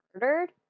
murdered